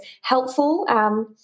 helpful